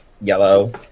yellow